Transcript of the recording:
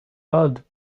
old